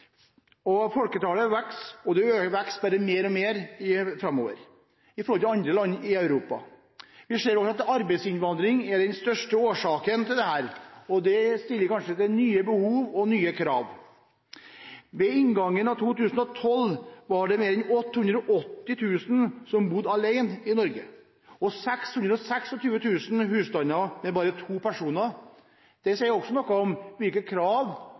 årene. Folketallet vokser. Det vil vokse bare mer og mer framover i forhold til andre land i Europa. Vi ser at arbeidsinnvandring er den største årsaken til dette. Det fører kanskje til nye behov og nye krav. Ved inngangen av 2012 var det flere enn 880 000 som bodde alene i Norge, og 626 000 husstander med bare to personer. Det sier også noe om hvilke krav